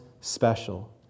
special